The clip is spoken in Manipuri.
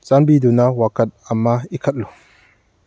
ꯆꯥꯟꯕꯤꯗꯨꯅ ꯋꯥꯀꯠ ꯑꯃ ꯏꯈꯠꯂꯨ